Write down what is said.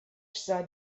sah